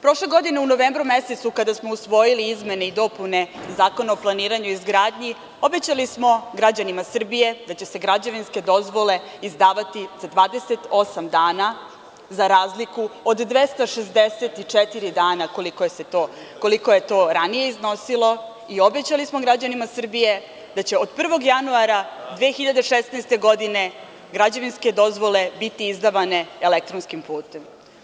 Prošle godine u novembru mesecu kada smo usvojili izmene i dopune Zakona o planiranju i izgradnji, obećali smo građanima Srbije da će se građevinske dozvole izdavati za 28 dana, za razliku od 264 dana, koliko je to ranije iznosilo i obećali smo građanima Srbije da će od 1. januara 2016. godine građevinske dozvole biti izdavane elektronskim putem.